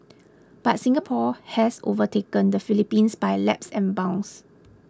but Singapore has overtaken the Philippines by laps and bounds